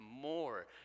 more